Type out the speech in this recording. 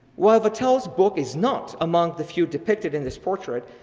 while vattel's book is not among the few depicted in this portrait,